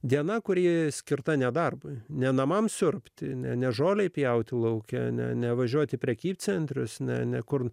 diena kuri skirta nedarbui ne namams siurbti ne ne žolei pjauti lauke ne nevažiuoti prekybcentrius ne ne kur